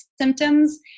symptoms